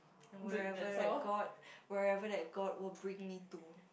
and wherever that God wherever that God will bring me to